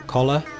Collar